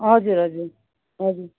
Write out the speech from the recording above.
हजुर हजुर हजुर